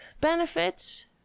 benefits